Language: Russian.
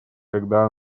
когда